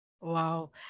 Wow